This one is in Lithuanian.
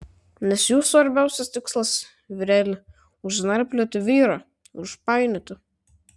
nes jų svarbiausias tikslas vyreli užnarplioti vyrą užpainioti